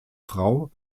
frau